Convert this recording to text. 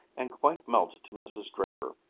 and quite melted to mrs. draper,